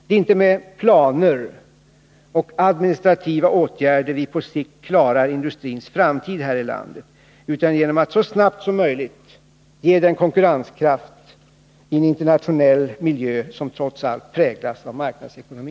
Det är inte med planer och administrativa åtgärder vi på sikt klarar industrins framtid här i landet utan genom att så snabbt som möjligt ge den konkurrenskraft i en internationell miljö som trots allt präglas av marknadsekonomi.